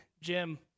Jim